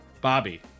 Bobby